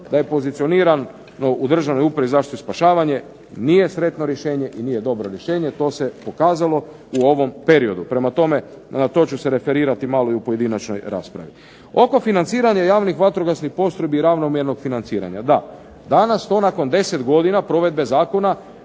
da je pozicionirano u državnoj upravi za zaštitu i spašavanje nije sretno rješenje i nije dobro rješenje, to se pokazalo u ovom periodu, prema tome, na to ću se referirati malo i u pojedinačnoj raspravi. Oko financiranja javnih vatrogasnih postrojbi, ravnomjernog financiranja. DA. Danas to nakon 10 godina provedbe zakona